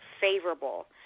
favorable